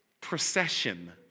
procession